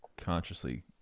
consciously